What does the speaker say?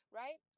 right